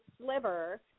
Sliver